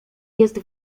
jest